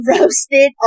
Roasted